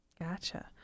Gotcha